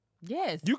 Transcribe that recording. Yes